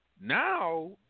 now